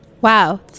Wow